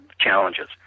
challenges